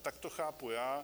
Tak to chápu já.